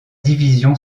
division